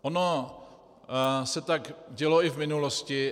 Ono se tak dělo i v minulosti.